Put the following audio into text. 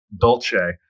dolce